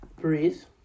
Breeze